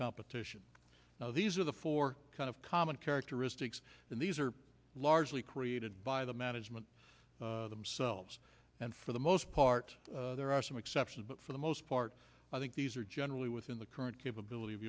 competition now these are the four kind of common characteristics and these are largely created by the management themselves and for the most part there are some exceptions but for the most part i think these are generally within the current capability of